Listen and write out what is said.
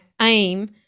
aim